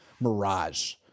mirage